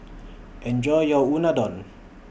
Enjoy your Unadon